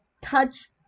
touch